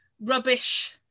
rubbish